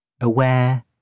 Aware